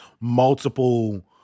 multiple